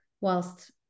whilst